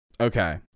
Okay